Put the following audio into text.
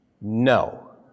no